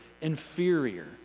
inferior